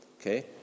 Okay